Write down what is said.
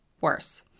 worse